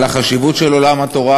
על החשיבות של עולם התורה,